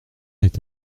est